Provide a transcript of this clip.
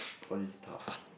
all this is tough